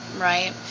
right